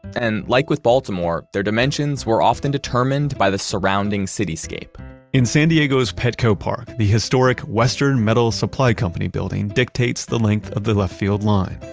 and like with baltimore, their dimensions were often determined by the surrounding cityscape in san diego's petco park, the historic western metal supply company building dictates the length of the left field line.